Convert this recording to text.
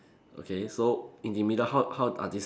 okay so in the middle how how are this